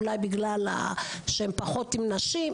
אולי בגלל שהם פחות עם נשים,